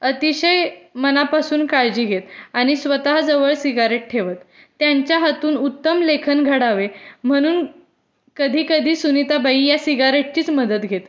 अतिशय मनापासून काळजी घेत आणि स्वतः जवळ सिगारेट ठेवत त्यांच्या हातून उत्तम लेखन घडावे म्हणून कधी कधी सुनीताबाई या सिगारेटचीच मदत घेत